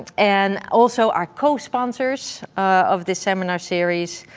and also our co-sponsors of the seminar series.